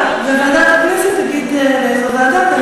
ועדה, וועדת הכנסת תגיד לאיזו ועדה.